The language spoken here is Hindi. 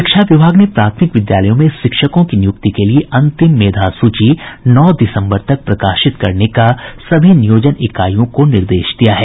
शिक्षा विभाग ने प्राथमिक विद्यालयों में शिक्षकों की नियुक्ति के लिये अंतिम मेधा सूची नौ दिसंबर तक प्रकाशित करने का सभी नियोजन इकाईयों को निर्देश दिया है